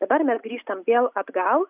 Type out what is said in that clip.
dabar mes grįžtam vėl atgal